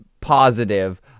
positive